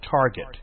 Target